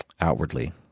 outwardly